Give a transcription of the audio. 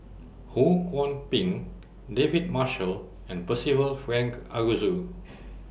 Ho Kwon Ping David Marshall and Percival Frank Aroozoo